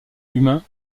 humain